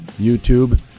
YouTube